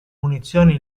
munizioni